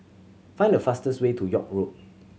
find the fastest way to York Road